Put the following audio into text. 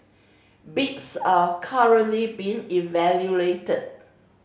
bids are currently being evaluated